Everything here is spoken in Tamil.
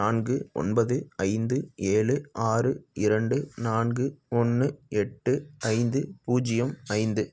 நான்கு ஒன்பது ஐந்து ஏழு ஆறு இரண்டு நான்கு ஒன்று எட்டு ஐந்து பூஜ்ஜியம் ஐந்து